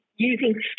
using